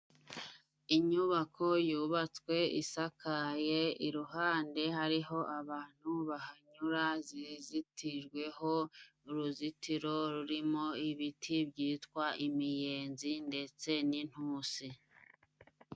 Inyubako yubatswe isakaye, iruhande hariho abantu bahanyura, zizitijweho uruzitiro rurimo ibiti, byitwa imiyenzi ndetse n'inintusi.